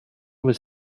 was